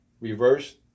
reverse